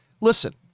listen